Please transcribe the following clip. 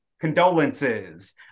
condolences